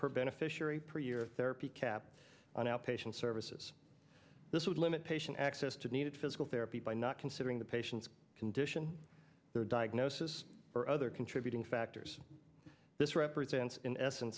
per beneficiary per year therapy cap on outpatient services this would limit patient access to needed physical therapy by not considering the patient's condition their diagnosis or other contributing factors this represents in essence